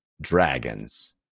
dragons